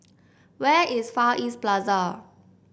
where is Far East Plaza